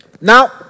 Now